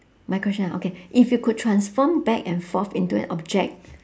my question ah okay if you could transform back and forth into an object